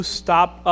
stop